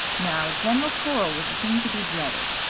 now a general quarrel was a thing to be dreaded,